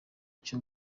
cyo